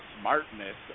smartness